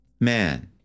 man